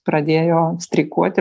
pradėjo streikuoti